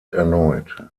erneut